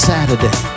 Saturday